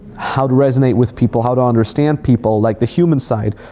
how to resonate with people, how to understand people, like the human side,